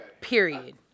period